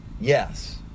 yes